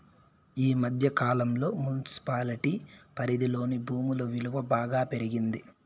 ఈ మధ్య కాలంలో మున్సిపాలిటీ పరిధిలోని భూముల విలువ బాగా పెరిగింది